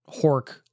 Hork